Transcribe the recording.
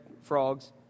Frogs